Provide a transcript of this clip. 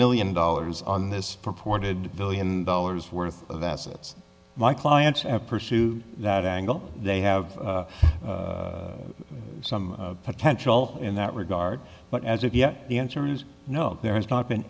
million dollars on this purported billion dollars worth of assets my clients and pursue that angle they have some potential in that regard but as of yet the answer is no there has not been